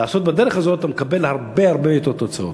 אם אתה עושה בדרך הזאת אתה מקבל הרבה יותר תוצאות.